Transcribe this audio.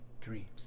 dreams